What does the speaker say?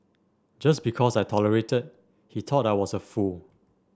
just because I tolerated he thought I was a fool